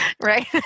Right